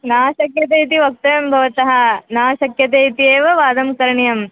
न शक्यते इति वक्तव्यं भवन्तं न शक्यते इति एव वादं करणीयम्